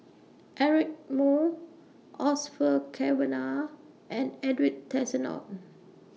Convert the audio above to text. Eric Moo Cavenagh and Edwin Tessensohn